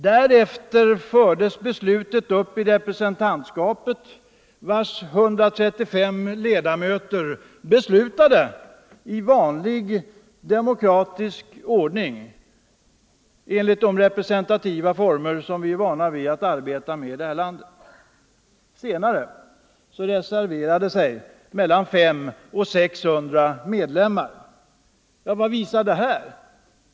Därefter fördes ärendet upp i representantskapet, vars 135 ledamöter beslutade i vanlig demokratisk ordning under de representativa former som vi är vana vid att arbeta med i det här landet. Senare reserverade sig mellan 500 och 600 medlemmar. Vad visar det här?